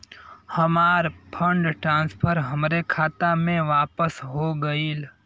हमार fund transfer हमरे खाता मे वापस हो गईल